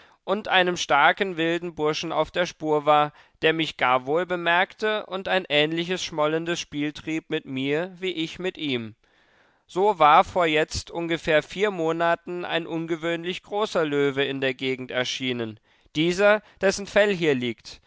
und einem starken wilden burschen auf der spur war der mich gar wohl bemerkte und ein ähnliches schmollendes spiel trieb mit mir wie ich mit ihm so war vor jetzt ungefähr vier monaten ein ungewöhnlich großer löwe in der gegend erschienen dieser dessen fell hier liegt